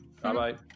Bye-bye